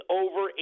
over